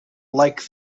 like